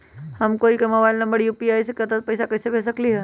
हम कोई के मोबाइल नंबर पर यू.पी.आई के तहत पईसा कईसे भेज सकली ह?